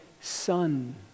Son